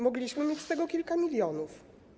Mogliśmy mieć z tego kilka milionów.